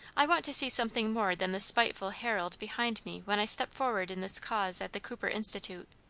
i want to see something more than the spiteful herald behind me when i step forward in this cause at the cooper institute.